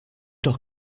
doch